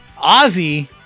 Ozzy